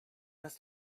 must